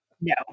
no